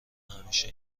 همیشه